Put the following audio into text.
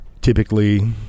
typically –